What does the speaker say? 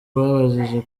babajije